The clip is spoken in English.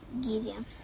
Gideon